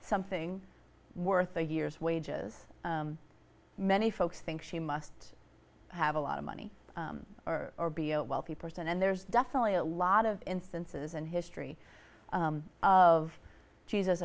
something worth a year's wages many folks think she must have a lot of money or be a wealthy person and there's definitely a lot of instances in history of jesus